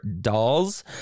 dolls